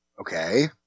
Okay